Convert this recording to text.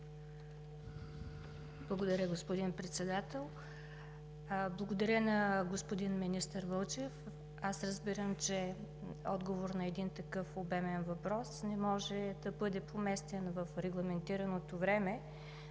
Благодаря Ви, господин Председател. Благодаря на министър Вълчев – разбирам, че отговор на такъв обемен въпрос не може да бъде поместен в регламентираното време,